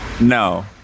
No